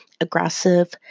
Aggressive